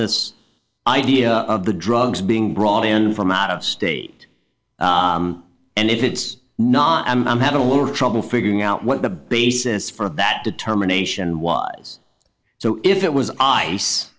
this idea of the drugs being brought in from out of state and if it's not and i'm having a little trouble figuring out what the basis for that determination was so if it was